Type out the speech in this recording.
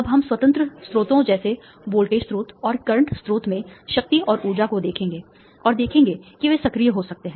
अब हम स्वतंत्र स्रोतों जैसे वोल्टेज स्रोत और करंट स्रोत में शक्ति और ऊर्जा को देखेंगे और देखेंगे कि वे सक्रिय हो सकते हैं